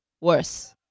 Worse